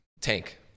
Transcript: tank